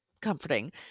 comforting